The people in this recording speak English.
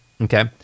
Okay